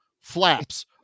flaps